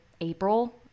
April